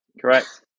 Correct